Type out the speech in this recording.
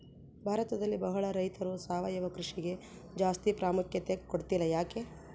ಭಾರತದಲ್ಲಿ ಬಹಳ ರೈತರು ಸಾವಯವ ಕೃಷಿಗೆ ಜಾಸ್ತಿ ಪ್ರಾಮುಖ್ಯತೆ ಕೊಡ್ತಿಲ್ಲ ಯಾಕೆ?